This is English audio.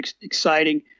exciting